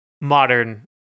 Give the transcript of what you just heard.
modern